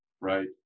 right